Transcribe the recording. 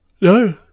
No